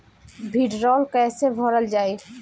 भीडरौल कैसे भरल जाइ?